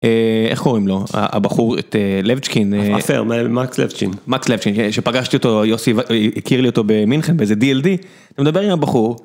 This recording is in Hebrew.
איך קוראים לו הבחור את לבצ׳קין, מקס לבצ׳ין שפגשתי אותו יוסי הכיר לי אותו במינכן באיזה DLD, אני מדבר עם הבחור...